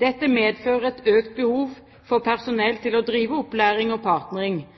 Dette medfører et økt behov for personell til å drive opplæring og